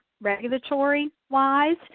regulatory-wise